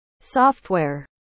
software